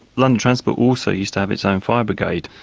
london transport also used to have its own fire brigade.